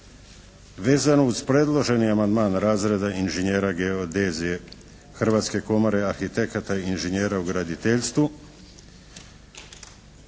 Vezano uz predloženi amandman razrade inženjera geodezije Hrvatske komore arhitekata i inžinjera u graditeljstvu